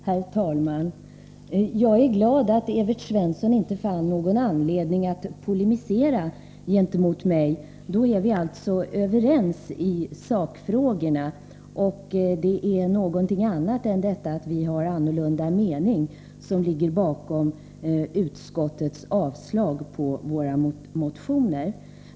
Herr talman! Jag är glad att Evert Svensson inte fann någon anledning att polemisera gentemot mig. Då är vi alltså överens i sakfrågorna, och det är något annat än att vi har olika meningar som ligger bakom utskottets avslag på våra motioner.